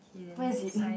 where is it